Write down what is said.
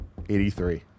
83